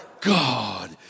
God